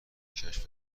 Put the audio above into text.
کشف